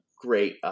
great